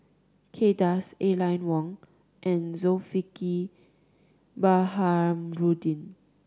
Kay Das Aline Wong and Zulkifli Baharudin